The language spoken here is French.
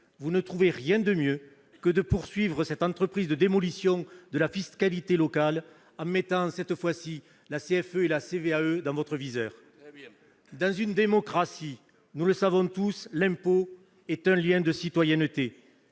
vous ne trouvez rien de mieux à faire que de poursuivre cette entreprise de démolition de la fiscalité locale, en mettant cette fois-ci la CFE et la CVAE dans votre viseur. Très bien ! Nous savons tous que, dans une démocratie, l'impôt est un lien de citoyenneté.